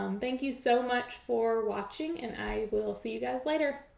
um thank you so much for watching and i will see you guys later!